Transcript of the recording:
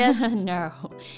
No